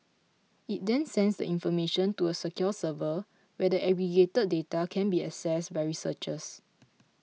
it then sends the information to a secure server where the aggregated data can be accessed by researchers